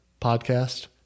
podcast